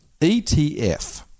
ETF